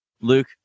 Luke